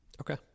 Okay